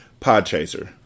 Podchaser